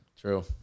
True